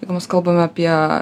jeigu mes kalbame apie